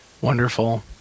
Wonderful